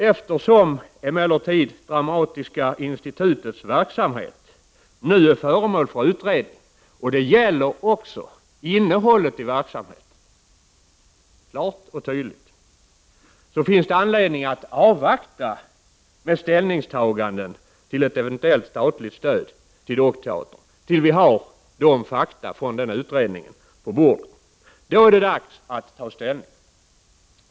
Eftersom emellertid Dramatiska institutets verksamhet nu är föremål för utredning — det gäller också innehållet i verksamheten; det anges klart och tydligt — finns det anledning att vänta med ställningstaganden till ett eventuellt statligt stöd till dockteatern tills vi har fakta från utredningen på bordet. Då är det dags att ta ställning.